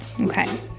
Okay